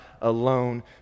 alone